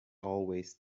always